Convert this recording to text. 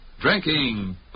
drinking